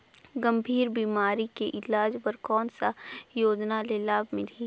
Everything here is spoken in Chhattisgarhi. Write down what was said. गंभीर बीमारी के इलाज बर कौन सा योजना ले लाभ मिलही?